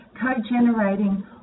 co-generating